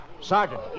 Sergeant